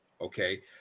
Okay